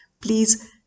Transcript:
please